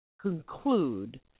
conclude